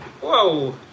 Whoa